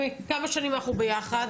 כמה שנים אנחנו ביחד?